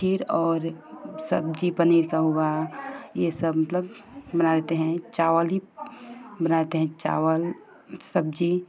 खीर और सब्जी पनीर का हुआ ये सब मतलब बना देते हैं चावल ही बना देते हैं चावल सब्जी